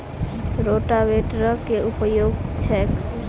रोटावेटरक केँ उपयोग छैक?